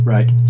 Right